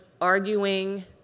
arguing